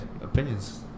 Opinions